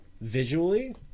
visually